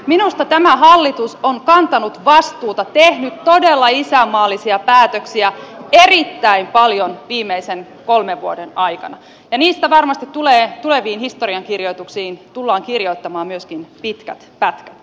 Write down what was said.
minusta tämä hallitus on kantanut vastuuta tehnyt todella isänmaallisia päätöksiä erittäin paljon viimeisen kolmen vuoden aikana ja niistä varmasti tuleviin historiankirjoituksiin tullaan kirjoittamaan myöskin pitkät pätkät